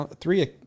three